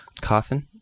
coffin